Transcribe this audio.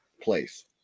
place